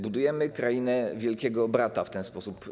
Budujemy krainę Wielkiego Brata w ten sposób.